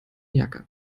jacke